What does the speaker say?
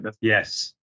Yes